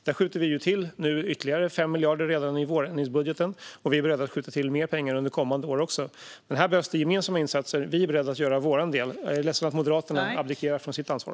Där skjuter vi nu till ytterligare 5 miljarder redan i vårändringsbudgeten, och vi är beredda att skjuta till mer pengar också under kommande år. Men här behövs gemensamma insatser. Vi är beredda att göra vår del, och jag är ledsen att Moderaterna abdikerar från sitt ansvar.